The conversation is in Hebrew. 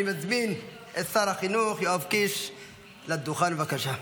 אני מזמין את שר החינוך יואב קיש לדוכן, בבקשה.